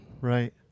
Right